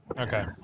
Okay